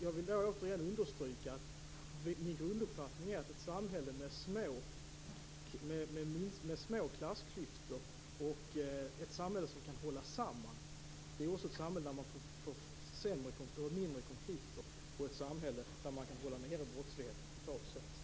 Jag vill återigen understryka att min grunduppfattning är att ett samhälle med små klassklyftor och som kan hålla samman är ett samhälle där man får mindre konflikter och ett samhälle där man kan hålla nere brottsligheten totalt sett.